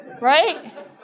right